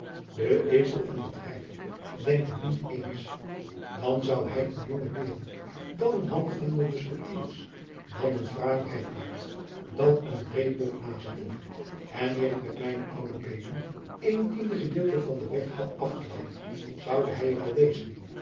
de ezel en de drijver denken niet ééns dan zou hij een jonge deern dan een half vendel muskettiers dan een fraai rijpaard dan een reebok nazitten en eer ik met mijne oude jacob van lennep de pleegzoon beenen een tiende gedeelte van den weg had afgeleid zoude hij er al wezen